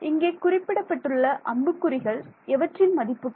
இங்கே குறிப்பிடப்பட்டுள்ள அம்புக்குறிகள் எவற்றின் மதிப்புகள்